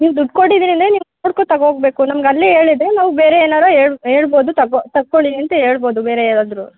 ನೀವು ದುಡ್ಡು ಕೊಟ್ಟಿದ್ದರಿಂದ ನೀವು ನೋಡ್ಕೊಂಡು ತಗೋಗ್ಬೇಕು ನಮಗೆ ಅಲ್ಲೇ ಹೇಳಿದ್ದರೆ ನಾವು ಬೇರೆ ಏನಾದ್ರು ಹೇಳ್ ಹೇಳ್ಬೋದು ತಗೋ ತಗೊಳಿ ಅಂತ ಹೇಳ್ಬೋದು ಬೇರೆ ಯಾರಾದ್ರು